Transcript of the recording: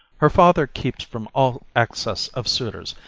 her father keeps from all access of suitors,